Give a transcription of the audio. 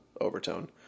overtone